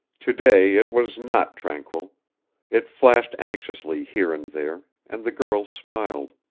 to-day it was not tranquil it flashed anxiously here and there, and the girl smiled.